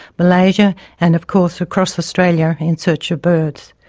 malaysia and, of course, across australia, in search of birds.